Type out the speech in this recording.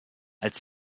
als